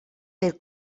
del